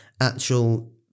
actual